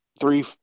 three